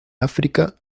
áfrica